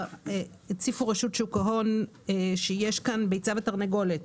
רשות שוק ההון העירה שיש כאן ביצה ותרנגולת.